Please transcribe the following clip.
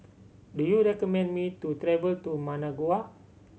do you recommend me to travel to Managua